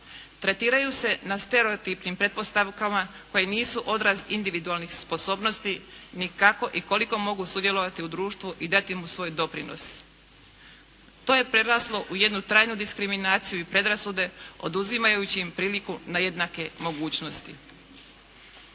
Tretiraju se na stereotipnim pretpostavkama koje nisu odraz individualnih sposobnosti ni kako i koliko mogu sudjelovati u društvu i dati mu svoj doprinos. To je preraslo u jednu trajnu diskriminaciju i predrasude oduzimajući im priliku na jednake mogućnosti.